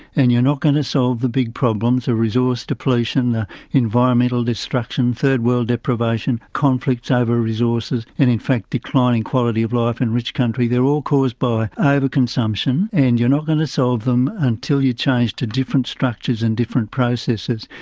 and you're not going to solve the big problems of resource depletion, ah environmental destruction, third world deprivation, conflicts over resources and in fact declining quality of life in rich countries. they're all caused by over-consumption and you're not going to solve them until you change to different structures and different processes.